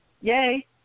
Yay